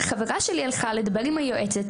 חברה שלי הלכה לדבר עם היועצת,